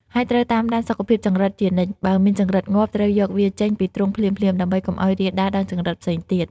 ហើយត្រូវតាមដានសុខភាពចង្រិតជានិច្ច បើមានចង្រិតងាប់ ត្រូវយកវាចេញពីទ្រុងភ្លាមៗដើម្បីកុំឲ្យរាលដាលដល់ចង្រិតផ្សេងទៀត។